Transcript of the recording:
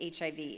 HIV